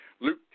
Luke